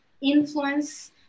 influence